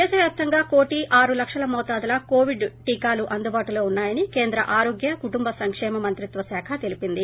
దేశ వ్యాప్తంగా కోటి ఆరు లక్షల మోతాదుల కోవిడ్ టీకాలు అందుబాటులో ఉన్నాయని కేంద్ర ఆరోగ్య కుటుంబ సంక్షేమ మంత్రిత్వ శాఖ తెలిపింది